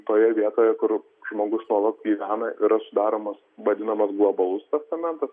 toje vietoje kur žmogus nuolat gyvena yra sudaromas vadinamas globalus testamentas